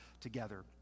together